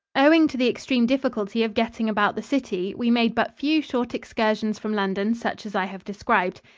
owing to the extreme difficulty of getting about the city, we made but few short excursions from london such as i have described.